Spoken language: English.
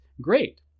Great